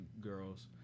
girls